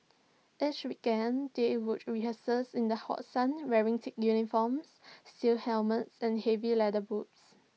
each weekend they would rehearse in the hot sun wearing thick uniforms steel helmets and heavy leather boots